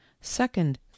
Second